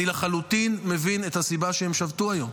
אני לחלוטין מבין את הסיבה שהם שבתו היום.